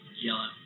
yellow